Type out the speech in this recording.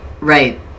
Right